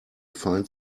find